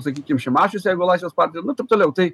sakykim šimašius jeigu laisvės partija nu taip toliau tai